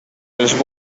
els